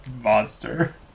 monster